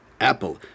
apple